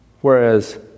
Whereas